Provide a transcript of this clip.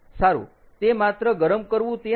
સારું તે માત્ર ગરમ કરવું તે નથી